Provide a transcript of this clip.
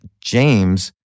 James